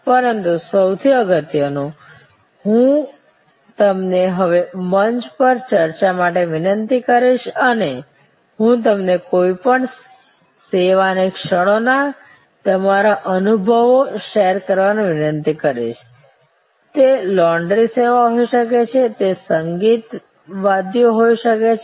પરંતુ સૌથી અગત્યનું હું તમને હવે મંચ પર ચર્ચા માટે વિનંતી કરીશ અને હું તમને કોઈપણ સેવાની ક્ષણોના તમારા અનુભવો શેર કરવા વિનંતી કરીશ તે લોન્ડ્રી સેવા હોઈ શકે છે તે સંગીતવાદ્યો હોઈ શકે છે